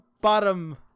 bottom